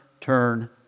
turn